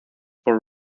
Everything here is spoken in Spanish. por